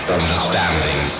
understanding